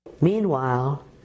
Meanwhile